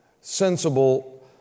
sensible